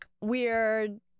weird